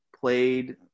played